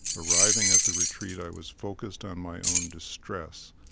arriving at the retreat, i was focused on my own distress.